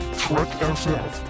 treksf